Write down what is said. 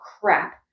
crap